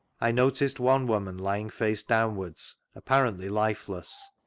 i noticed one woman lying face down wards, apparently lifeless.